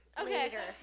Okay